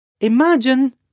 imagine